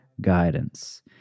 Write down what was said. guidance